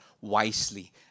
wisely